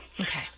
Okay